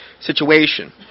situation